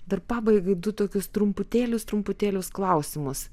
dar pabaigai du tokius trumputėlius trumputėlius klausimus